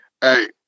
Hey